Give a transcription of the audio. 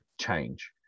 change